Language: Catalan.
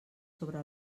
sobre